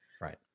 Right